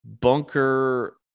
bunker